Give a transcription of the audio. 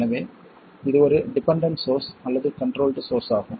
எனவே இது ஒரு டிபெண்டண்ட் சோர்ஸ் அல்லது கன்ட்ரோல்ட் சோர்ஸ் ஆகும்